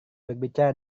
berbicara